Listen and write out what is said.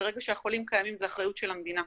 ברגע שהחולים קיימים זו אחריות של המדינה,